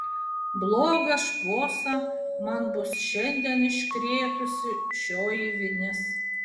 blogą šposą man bus šiandien iškrėtusi šioji vinis